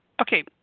okay